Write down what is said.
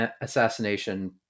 assassination